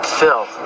Phil